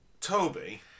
Toby